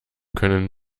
können